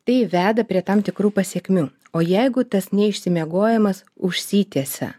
tai veda prie tam tikrų pasekmių o jeigu tas neišsimiegojimas užsitęsia